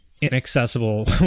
inaccessible